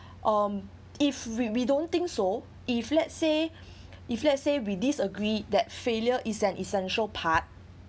um if we we don't think so if let's say if let's say we disagree that failure is an essential part